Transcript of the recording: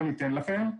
לא ניתן לכם,